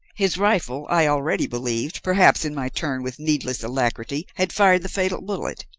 his rifle, i already believed, perhaps in my turn with needless alacrity, had fired the fatal bullet,